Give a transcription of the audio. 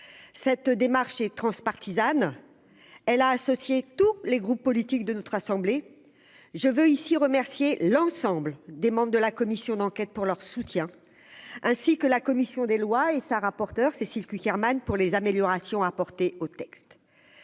cette démarche transpartisane elle associer tous les groupes politiques de notre assemblée, je veux ici remercier l'ensemble des membres de la commission d'enquête pour leur soutien, ainsi que la commission des lois, et sa rapporteure Cécile Cukierman pour les améliorations apportées au texte,